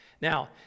Now